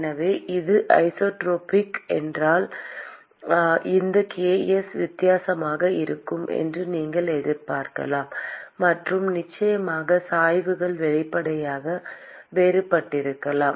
எனவே இது ஐசோட்ரோபிக் இல்லை என்றால் இந்த ks வித்தியாசமாக இருக்கும் என்று நீங்கள் எதிர்பார்க்கலாம் மற்றும் நிச்சயமாக சாய்வுகள் வெளிப்படையாக வேறுபட்டிருக்கலாம்